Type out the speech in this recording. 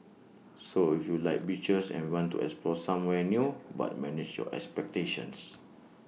so if you like beaches and want to explore somewhere new but manage your expectations